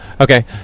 okay